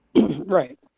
right